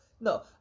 no